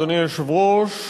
אדוני היושב-ראש,